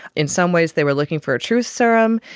in some ways they were looking for a truth serum,